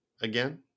again